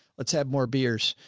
let's have more beers,